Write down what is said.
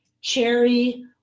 Cherry